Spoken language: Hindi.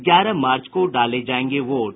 ग्यारह मार्च को डाले जायेंगे वोट